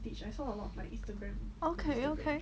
okay okay